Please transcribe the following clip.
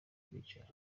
bwicanyi